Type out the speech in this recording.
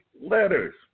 letters